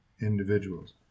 individuals